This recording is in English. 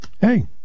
hey